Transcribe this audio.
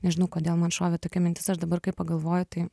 nežinau kodėl man šovė tokia mintis aš dabar kai pagalvoju tai